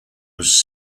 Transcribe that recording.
was